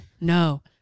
no